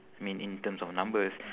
mean in terms of numbers